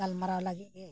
ᱜᱟᱞᱢᱟᱨᱟᱣ ᱞᱟᱹᱜᱤᱫ ᱜᱮ